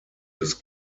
des